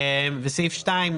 וסעיף 2,